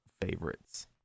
favorites